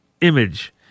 image